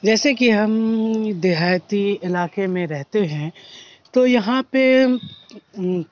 جیسے کہ ہم دیہاتی علاقے میں رہتے ہیں تو یہاں پہ